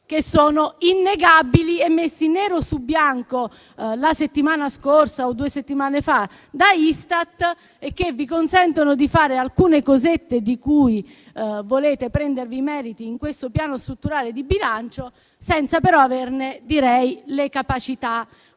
che sono stati messi nero su bianco da Istat (la settimana scorsa o due settimane fa) e che vi consentono di fare alcune cosette di cui volete prendervi i meriti in questo piano strutturale di bilancio, senza però averne le capacità. Questo